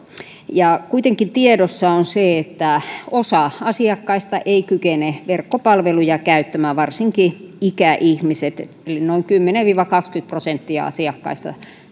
kuitenkin tiedossa on se että osa asiakkaista ei kykene verkkopalveluja käyttämään varsinkaan ikäihmiset eli noin kymmenen viiva kaksikymmentä prosenttia asiakkaista